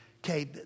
Okay